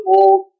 old